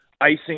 icing